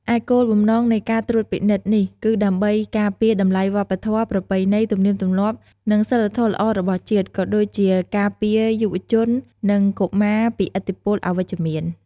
ឯគោលបំណងនៃការត្រួតពិនិត្យនេះគឺដើម្បី ការពារតម្លៃវប្បធម៌ ប្រពៃណី ទំនៀមទម្លាប់ និងសីលធម៌ល្អរបស់ជាតិ ក៏ដូចជាការពារយុវជន និងកុមារពីឥទ្ធិពលអវិជ្ជមាន។